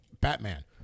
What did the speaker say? Batman